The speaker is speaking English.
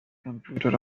computer